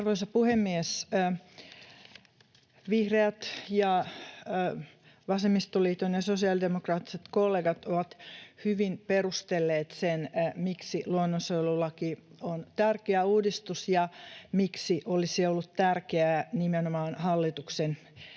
Arvoisa puhemies! Vihreät ja vasemmistoliiton ja sosiaalidemokraattiset kollegat ovat hyvin perustelleet sen, miksi luonnonsuojelulaki on tärkeä uudistus ja miksi se olisi ollut tärkeä nimenomaan hallituksen